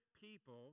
people